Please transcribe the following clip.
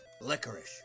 Licorice